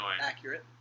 Accurate